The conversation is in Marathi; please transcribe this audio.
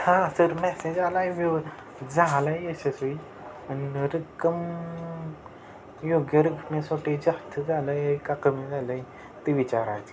हां तर मेसेज आला आहे व्यव झालं आहे यशस्वी आणि रक्कम योग्य रकमेसाठी जास्त झालं आहे का कमी झालं आहे ते विचारायची